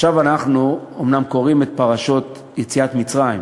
עכשיו אנחנו אומנם קוראים את פרשות יציאת מצרים,